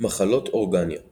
מחלות אורגניות